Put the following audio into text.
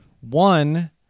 One